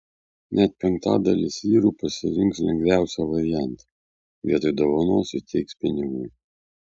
net penktadalis vyrų pasirinks lengviausią variantą vietoj dovanos įteiks pinigų